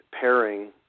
pairing